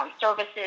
services